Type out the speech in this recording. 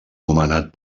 nomenat